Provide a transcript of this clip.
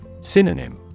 Synonym